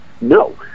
no